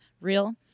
real